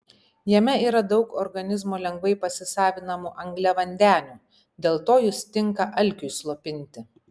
jame yra daug organizmo lengvai pasisavinamų angliavandenių dėl to jis tinka alkiui slopinti